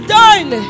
done